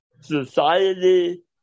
society